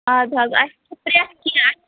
اَدٕ حظ اَسہِ چھِ پرٛٮ۪تھ کیٚنٛہہ